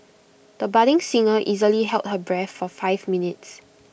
the budding singer easily held her breath for five minutes